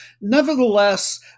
Nevertheless